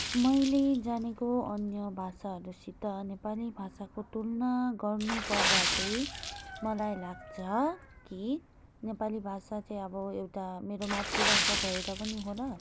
मैले जानेको अन्य भाषाहरूसित नेपाली भाषाको तुलना गर्नु पर्दा चाहिँ मलाई लाग्छ कि नेपाली भाषा चाहिँ अब एउटा मेरो मातृभाषा भएर पनि होला